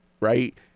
right